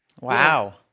Wow